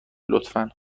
لطفا